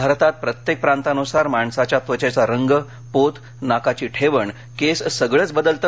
भारतात प्रत्येक प्रांतानुसार माणसाच्या त्वचेचा रंग पोत नाकाची ठेवण केस सगळेच बदलते